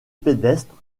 pédestre